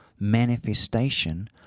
manifestation